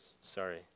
Sorry